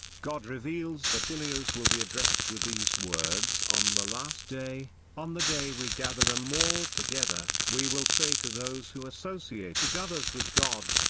god reveals that deniers will be addressed with these words on the last day on the day we gather them all together, we will say to those who associated others with god,